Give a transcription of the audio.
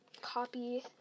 copy